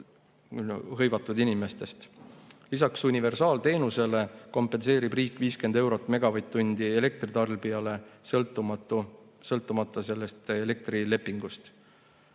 hõivatud inimestest. Lisaks universaalteenusele kompenseerib riik 50 eurot megavatt-tunni eest elektritarbijale sõltumata elektrilepingust.